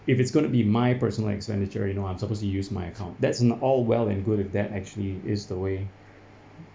if it's going to be my personal expenditure you know I'm supposed to use my account that's in all well and good with that actually is the way